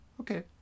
Okay